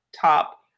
top